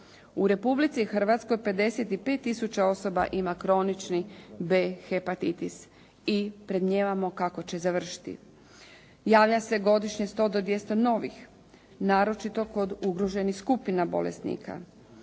U Republici Hrvatskoj 55 tisuća osoba ima kronični B hepatitis i predmnijevamo kako će završiti. Javlja se godišnje sto do dvjesto novih, naročito kod ugroženih skupina bolesnika.